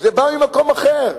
זה בא ממקום אחר.